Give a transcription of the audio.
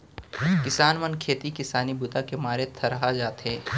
किसान मन खेती किसानी बूता के मारे थरहा जाथे